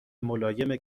ملایم